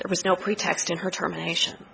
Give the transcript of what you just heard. there was no pretext in her termination